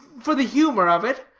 for the humor of it,